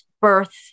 birth